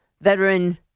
veteran